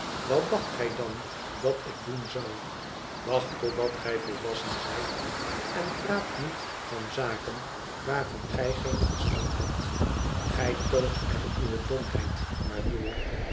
wat dacht gij dan dat ik doen zou wacht totdat gij volwassen zijt en praat niet van zaken waarvan gij geen verstand hebt gij toont er uwe domheid maar door